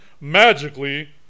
Magically